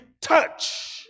touch